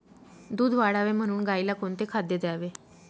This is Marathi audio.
दूध वाढावे म्हणून गाईला कोणते खाद्य द्यावे?